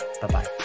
bye-bye